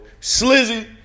Slizzy